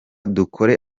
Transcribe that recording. dukore